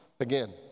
again